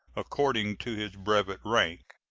according to his brevet rank.